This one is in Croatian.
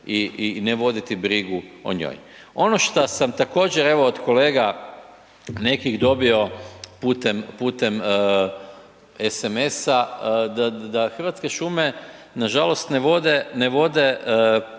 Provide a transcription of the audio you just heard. i ne voditi brigu o njoj. Ono šta sam također od evo od kolega nekih dobio putem SMS-a, da Hrvatske šume nažalost ne vode